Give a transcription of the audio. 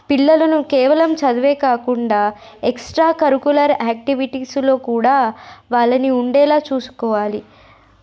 పిల్లలను చదువే కాకుండా ఎక్స్ట్రాకరిక్యులర్ యాక్టివిటీస్లో కూడా వాళ్ళని ఉండేలా చూసుకోవాలి